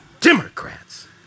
Democrats